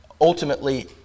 ultimately